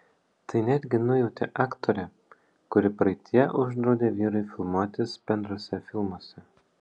tai netgi nujautė aktorė kuri praeityje uždraudė vyrui filmuotis bendruose filmuose